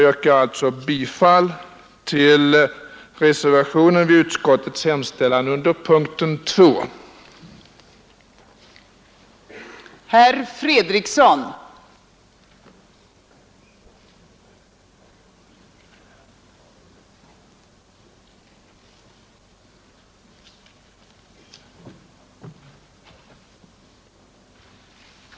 Jag yrkar bifall till reservationen B av herr Jonsson i Mora m.fl. under punkten 2 i utskottets hemställan.